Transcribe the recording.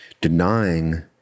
denying